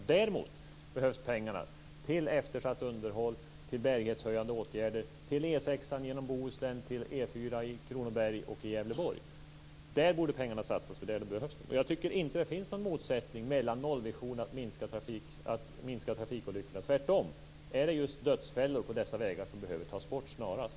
Däremot behövs pengarna till eftersatt underhåll, till bärighetshöjande åtgärder, till E 6:an genom Bohuslän, till E 4:an i Kronobergs län och i Gävleborgs län. Där borde pengarna satsas, eftersom de behövs där. Jag tycker inte att det finns någon motsättning när det gäller nollvisionen, att minska trafikolyckorna. Tvärtom handlar det just om dödsfällor på dessa vägar som snarast behöver tas bort.